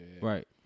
Right